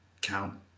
count